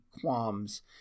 qualms